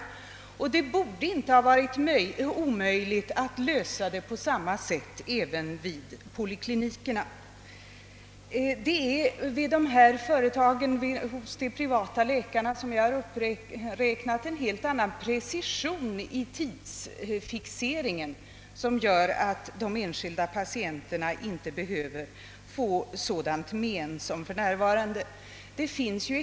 Det borde inte ha varit omöjligt att lösa problemen på samma sätt vid poliklinikerna. Vid dessa företag och hos de privata läkarna är det en helt annan precision i tidsfixeringen, vilket gör att de enskilda patienterna inte behöver lida sådant men som för närvarande på poliklinikerna.